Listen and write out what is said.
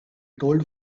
told